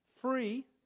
Free